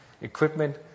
equipment